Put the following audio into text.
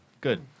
Good